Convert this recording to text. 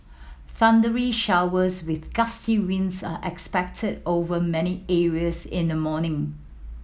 thundery showers with gusty winds are expected over many areas in the morning